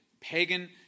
pagan